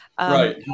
Right